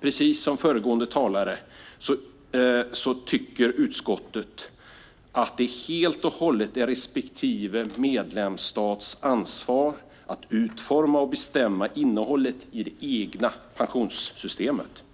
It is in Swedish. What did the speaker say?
Precis som föregående talare tycker utskottet att det helt och hållet är respektive medlemsstats ansvar att utforma och bestämma innehållet i det egna pensionssystemet.